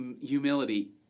humility